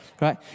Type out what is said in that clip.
right